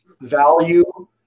value